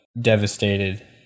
devastated